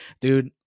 dude